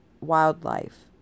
wildlife